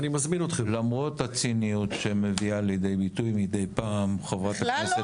למרות הציניות שמביאה לידי ביטוי מידי פעם חברת הכנסת